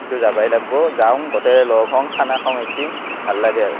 এইটো যাবাই লাগব যাওঁ গোটেৰে লগ হওঁ খানা খাওঁ একদিন ভাল লাগে আৰু